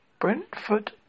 Brentford